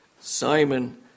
Simon